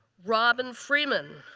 robin freeman.